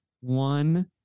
One